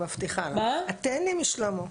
מירב, את תהני מאד משלמה,